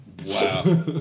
Wow